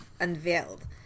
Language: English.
unveiled